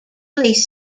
police